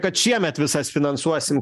kad šiemet visas finansuosim